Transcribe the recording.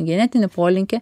genetinį polinkį